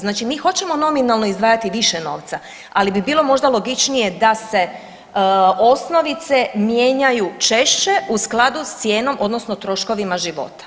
Znači mi hoćemo nominalno izdvajati više novca, ali bi bilo možda logičnije da se osnovice mijenjaju češće u skladu sa cijenom, odnosno troškovima života,